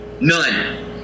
None